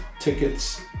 tickets